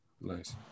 Nice